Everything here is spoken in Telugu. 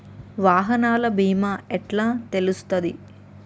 వాహనాల బీమా ఎట్ల తెలుస్తది?